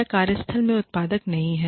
या कार्यस्थल में उत्पादक नहीं है